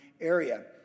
area